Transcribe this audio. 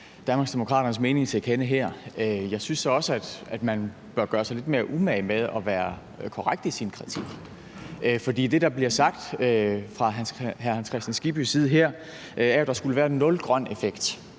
mening til kende her. Jeg synes så også, at man bør gøre sig lidt mere umage med at være korrekt i sin kritik. For det, der bliver sagt fra hr. Hans Kristian Skibbys side her, er jo, at der skulle være nul grøn effekt.